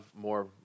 more